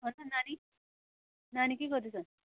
अन्त नानी नानी के गर्दैछ